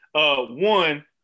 One